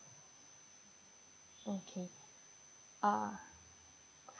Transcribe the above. okay uh